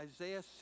Isaiah